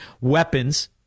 weapons